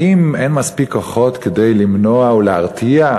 האם אין מספיק כוחות כדי למנוע ולהרתיע?